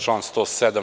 Član 107.